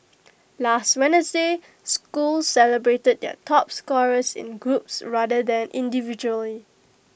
last Wednesday schools celebrated their top scorers in groups rather than individually